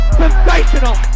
sensational